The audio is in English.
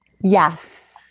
Yes